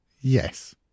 Yes